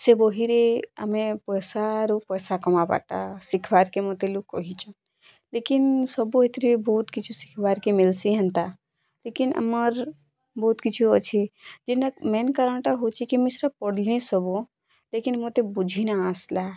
ସେ ବହିରେ ଆମେ ପଇସାରୁ ପଇସା କମାବାଟା ଶିଖବାର୍ କେ ମତେ ଲୁକ୍ କହିଛନ୍ ଲେକିନ୍ ସବୁ ହେଥିରେ ବୋହୁତ୍ କିଛି ଶିଖବାର୍ କେ ମିଲ୍ସି ହେନ୍ତା ଲେକିନ୍ ଆମର୍ ବହୁତ୍ କିଛୁ ଅଛି ଯେନ୍ଟା ମେନ୍ କାରଣଟା ହେଉଛି କି ମୁଇଁ ସେଟା ପଢ଼୍ଲି ସବୁ ଲେକିନ୍ ମୋତେ ବୁଝିନା ଆସ୍ଲା